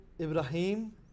Ibrahim